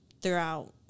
throughout